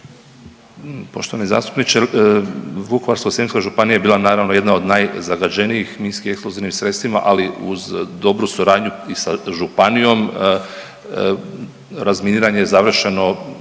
Poštovani zastupniče, Vukovarsko-srijemska županija je bila naravno jedna od najzagađenijih minsko-eksplozivnim sredstvima ali uz dobru suradnju i sa županijom, razminiranje je završeno